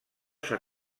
s’ha